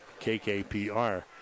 KKPR